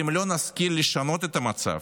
אם לא נשכיל לשנות את המצב,